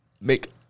make